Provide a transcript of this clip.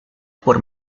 por